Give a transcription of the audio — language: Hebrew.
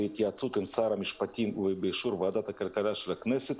בהתייעצות עם שר המשפטים ובאישור ועדת הכלכלה של הכנסת,